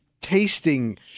tasting